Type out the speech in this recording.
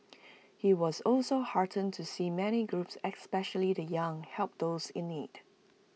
he was also heartened to see many groups especially the young help those in need